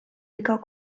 viga